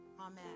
Amen